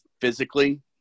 physically